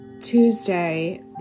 Tuesday